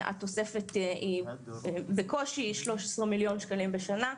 שהתוספת היא בקושי 13 מיליון שקלים בשנה.